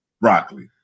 broccoli